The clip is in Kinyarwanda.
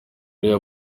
ariya